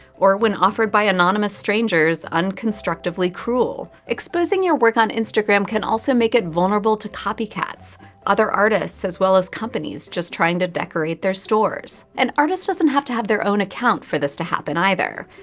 or when offered by anonymous strangers, unconstructively cruel. exposing your work on instagram can make it vulnerable to copycats other artists as well as companies just trying to decorate their stores. an artist doesn't have to have their own account for this to happen, either.